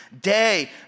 day